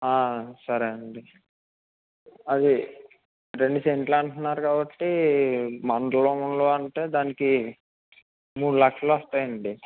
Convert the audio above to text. సరే అండి అది రెండు సెంట్లు అంటున్నారు కాబట్టి మండలంలో అంటే దానికి మూడు లక్షలు వస్తాయి అండి